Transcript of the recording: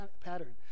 pattern